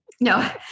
No